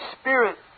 Spirit